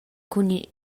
cun